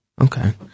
Okay